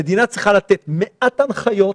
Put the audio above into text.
המדינה צריכה לתת מעט הנחיות,